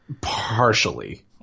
Partially